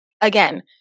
again